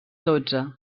dotze